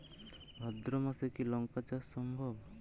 ভাদ্র মাসে কি লঙ্কা চাষ সম্ভব?